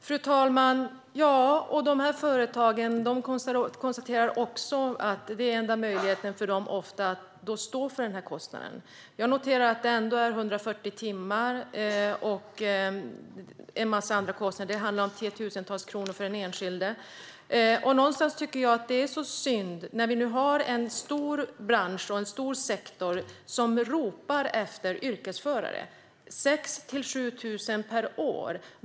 Fru talman! De här företagen konstaterar att enda möjligheten för dem ofta är att stå för kostnaden. Jag noterar att det är 140 timmar och en massa andra kostnader - det handlar om tiotusentals kronor för den enskilde. Jag tycker att det här är synd, när vi nu har en stor bransch och en stor sektor som ropar efter yrkesförare - 6 000-7 000 per år.